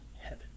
heaven